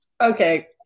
Okay